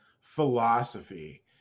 philosophy